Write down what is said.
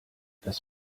das